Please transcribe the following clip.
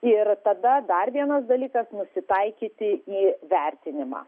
ir tada dar vienas dalykas nusitaikyti į vertinimą